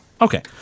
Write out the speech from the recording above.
Okay